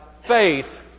faith